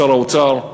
משר האוצר,